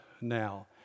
now